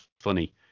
funny